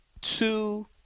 Two